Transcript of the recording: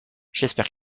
j’espère